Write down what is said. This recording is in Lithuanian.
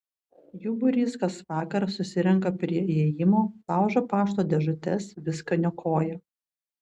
jų būrys kas vakarą susirenka prie įėjimo laužo pašto dėžutes viską niokoja